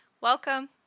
Welcome